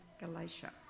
Galatia